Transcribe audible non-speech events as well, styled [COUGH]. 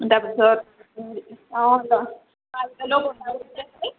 তাৰপিছত অঁ [UNINTELLIGIBLE]